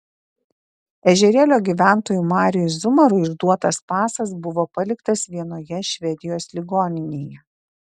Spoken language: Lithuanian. ežerėlio gyventojui mariui zumarui išduotas pasas buvo paliktas vienoje švedijos ligoninėje